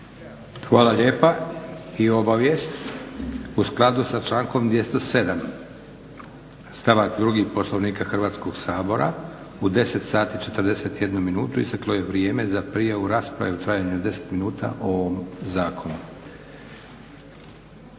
Hvala lijepa. I obavijest, u skladu sa člankom 207. stavak 2. Poslovnika Hrvatskog sabora u 10,41 minutu isteklo je vrijeme za prijavu rasprave u trajanju od 10 minuta o ovom zakonu.